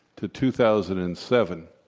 to two thousand and seven,